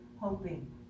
hoping